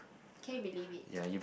can you believe it